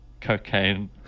cocaine